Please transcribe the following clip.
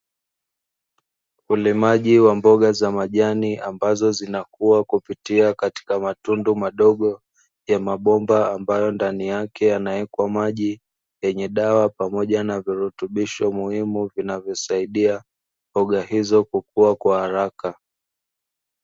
Ulimaji wa mboga za majani ambazo zinakua kwa kupitia katika matundu madogo ya mabomba, ambayo ndani yake yanawekwa maji yenye dawa pamoja na virutubisho muhimu vinavyosaidia mboga hizo kukua kwa haraka.